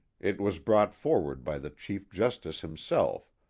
it was brought forward by the chief justice himself,